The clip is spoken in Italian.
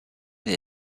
dei